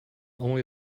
only